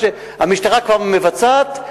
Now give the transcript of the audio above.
כשהמשטרה כבר מבצעת,